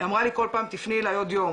אמרה לי כל פעם תפני אלי עוד יום,